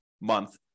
month